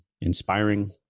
inspiring